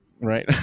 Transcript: Right